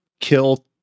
kill